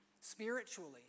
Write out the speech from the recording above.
spiritually